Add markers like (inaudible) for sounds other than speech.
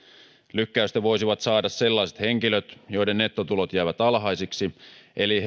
lykkäystä voisivat saada sellaiset henkilöt joiden nettotulot jäävät alhaisiksi eli (unintelligible)